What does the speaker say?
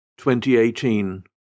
2018